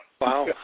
Wow